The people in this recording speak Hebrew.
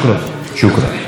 שוכרן.